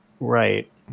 right